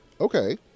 Okay